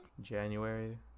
January